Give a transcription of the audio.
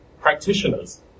practitioners